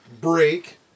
break